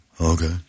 okay